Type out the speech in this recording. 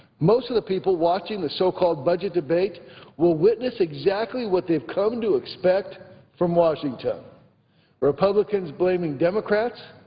most of the people watching the so-called budget debate will witness exactly what they've come to expect from washington republicans blaming democrats,